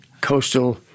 Coastal